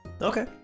Okay